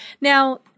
Now